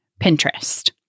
Pinterest